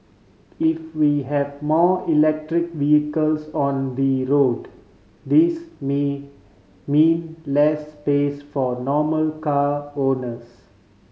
if we have more electric vehicles on the road this may mean less space for normal car owners